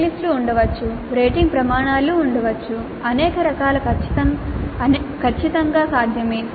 చెక్లిస్టులు ఉండవచ్చు రేటింగ్ ప్రమాణాలు ఉండవచ్చు అనేక రకాల ఖచ్చితంగా సాధ్యమే